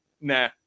nah